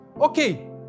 Okay